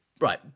right